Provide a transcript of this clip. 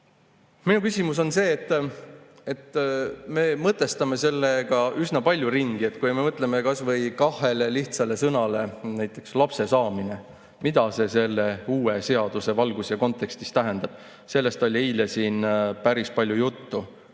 Minu [arvamus] on see, et me mõtestame sellega üsna palju ringi. Kui me mõtleme kas või kahele lihtsale sõnale, näiteks "lapse saamine", mida see uue seaduse valguses ja kontekstis tähendab? Sellest oli eile siin päris palju juttu,